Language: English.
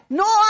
no